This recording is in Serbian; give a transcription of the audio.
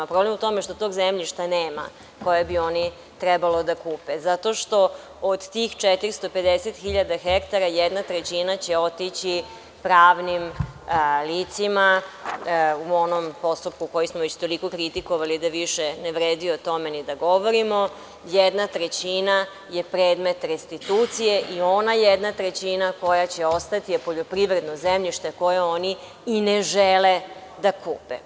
Problem je u tome što tog zemljišta nema koje bi oni trebalo da kupe zato što od tih 450 hiljada hektara jedna trećina će otići pravnim licima u onom postupku koji smo toliko već kritikovali da više ne vredi o tome ni da govorimo, jedna trećina je predmet restitucije i ona jedna trećina koja će ostati poljoprivredno zemljište koje oni i ne žele da kupe.